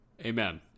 Amen